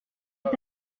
est